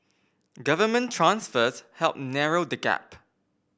government transfers helped narrow the gap